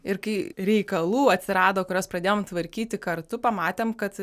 ir kai reikalų atsirado kuriuos pradėjom tvarkyti kartu pamatėm kad